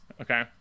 Okay